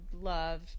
love